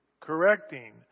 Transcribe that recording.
correcting